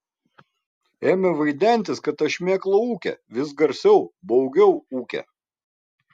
ėmė vaidentis kad ta šmėkla ūkia vis garsiau baugiau ūkia